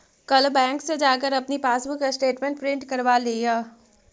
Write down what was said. कल बैंक से जाकर अपनी पासबुक स्टेटमेंट प्रिन्ट करवा लियह